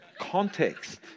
Context